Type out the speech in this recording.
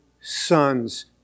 sons